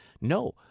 no